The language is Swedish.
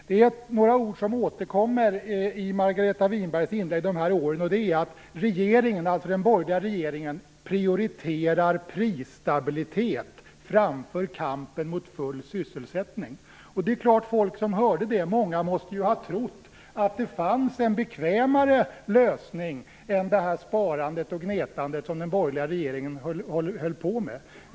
Det är några ord som återkommer i Margareta Winbergs inlägg under de här åren, och det är att den borgerliga regeringen "prioriterar prisstabilitet framför kampen mot full sysselsättning". Det är klart att många av dem som hörde det måste ha trott att det fanns en bekvämare lösning än detta sparande och gnetande som den borgerliga regeringen höll på med.